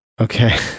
okay